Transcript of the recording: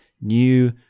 new